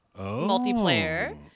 multiplayer